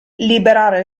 liberare